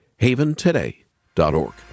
haventoday.org